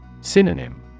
Synonym